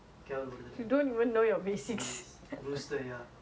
because like err shout whatever I want